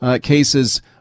cases